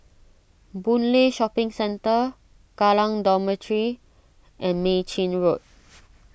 Boon Lay Shopping Centre Kallang Dormitory and Mei Chin Road